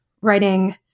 writing